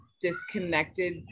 disconnected